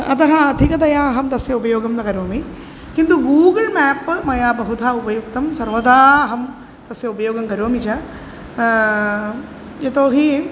अतः अधिकतया अहं तस्य उपयोगं न करोमि किन्तु गूगुळ् म्याप् मया बहुधा उपयुक्तं सर्वदा अहं तस्य उपयोगं करोमि च यतो हि